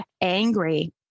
angry